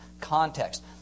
context